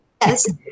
Yes